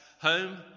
home